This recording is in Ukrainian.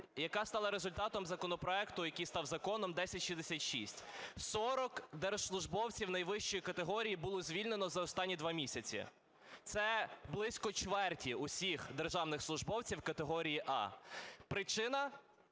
яка стала результатом законопроекту, який став Законом 1066, – 40 держслужбовців найвищої категорії було звільнено за останні 2 місяці, це близько чверті усіх державних службовців категорії А. Причина?